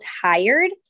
tired